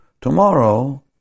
tomorrow